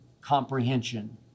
comprehension